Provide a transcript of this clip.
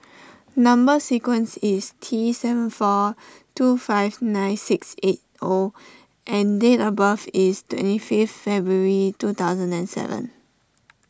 Number Sequence is T seven four two five nine six eight O and date of birth is twenty fifth February two thousand and seven